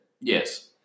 Yes